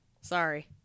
sorry